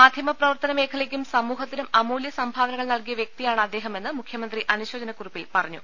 മാധ്യമ പ്രവർത്തന മേഖലക്കും സമൂഹത്തിനും അമൂല്യ സംഭാ വനകൾ നൽകിയ വൃക്തിയാണ് അദ്ദേഹമെന്ന് മുഖ്യമന്ത്രി അനുശോച നകുറിപ്പിൽ പറഞ്ഞു